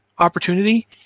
Opportunity